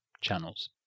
channels